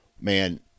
man